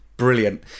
Brilliant